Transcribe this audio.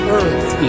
earth